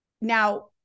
Now